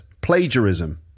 plagiarism